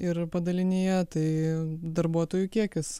ir padalinyje tai darbuotojų kiekis